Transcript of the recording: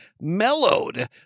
mellowed